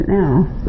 now